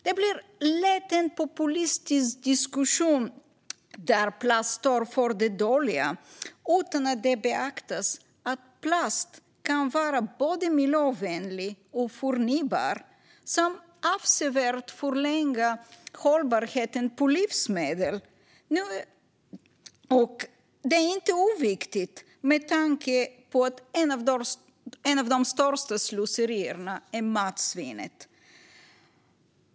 Det blir lätt en populistisk diskussion där plast står för det dåliga utan att det beaktas att plast kan vara både miljövänlig och förnybar samt avsevärt förlänga hållbarheten på livsmedel. Det är inte oviktigt med tanke på att ett av de största slöserierna är matsvinnet.